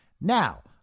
Now